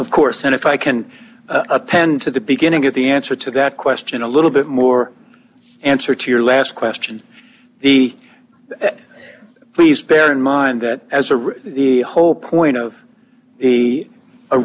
of course and if i can append to the beginning of the answer to that question a little bit more answer to your last question the please bear in mind that as a rule the whole point of the